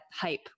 hype